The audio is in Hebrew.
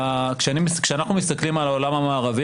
כשאנחנו מסתכלים על העולם המערבי,